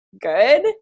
good